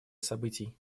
событий